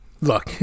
look